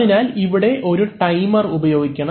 അതിനാൽ ഇവിടെ ഒരു ടൈമർ ഉപയോഗിക്കണം